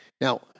Now